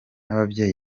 n’ababyeyi